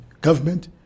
government